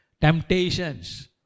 Temptations